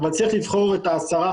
אבל צריך לבחור את ה-10,